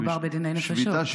מדובר בדיני נפשות.